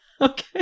Okay